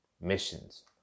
missions